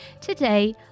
Today